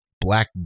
Black